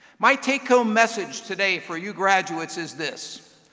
my take-home message today for you graduates is this,